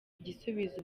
igisubizo